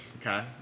Okay